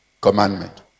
commandment